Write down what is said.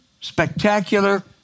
spectacular